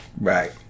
Right